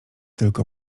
tylko